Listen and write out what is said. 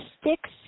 sticks